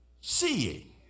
Seeing